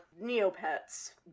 Neopets